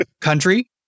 country